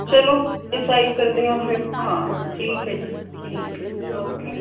ਚੱਲੋ ਡਿਸਾਈਡ ਕਰਦੇ ਹਾਂ ਫਿਰ ਹਾਂ ਠੀਕ ਹੈ ਜੀ ਠੀਕ ਹੈ ਓਕੇ